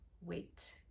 wait